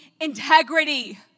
integrity